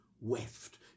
weft